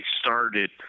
started